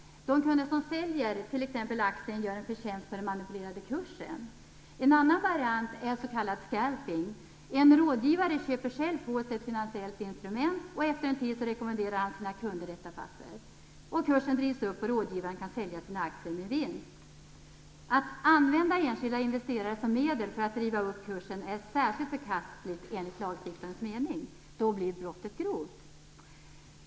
Den som säljer t.ex. aktien gör en förtjänst på den manipulerade kursen. En annan variant är scalping. En rådgivare köper själv på sig ett finansiellt instrument, och efter en tid rekommenderar han sina kunder detta papper. Kursen drivs upp, och rådgivaren kan sälja sina aktier med vinst. Att använda enskilda investerare som medel för att driva upp kursen är särskilt förkastligt, enligt lagstiftarens mening. Då blir brottet grovt.